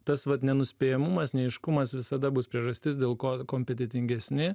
tas vat nenuspėjamumas neaiškumas visada bus priežastis dėl ko kompetentingesni